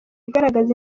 igaragaza